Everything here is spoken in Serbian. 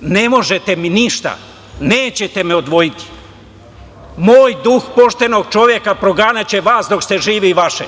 Ne možete mi ništa, nećete me odvojiti, moj duh poštenog čoveka proganjaće vas, dok ste živi i vaše.